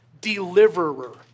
deliverer